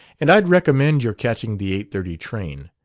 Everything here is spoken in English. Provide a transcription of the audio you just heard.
and i'd recommend your catching the eight thirty train.